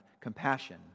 compassion